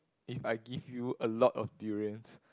if I give you a lot of durians